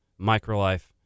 microlife